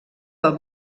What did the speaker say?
del